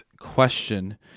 question